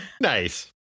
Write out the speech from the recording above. Nice